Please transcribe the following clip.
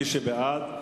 מי שבעד,